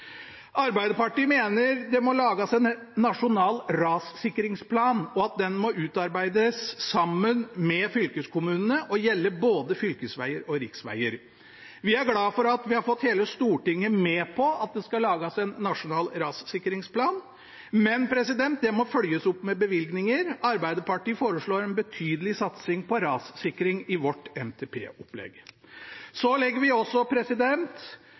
Arbeiderpartiet mener det må lages en nasjonal rassikringsplan, og at den må utarbeides sammen med fylkeskommunene og gjelde både fylkesveger og riksveger. Vi er glad for at vi har fått hele Stortinget med på at det skal lages en nasjonal rassikringsplan, men det må følges opp med bevilgninger. Arbeiderpartiet foreslår en betydelig satsing på rassikring i vårt NTP-opplegg. Vi legger også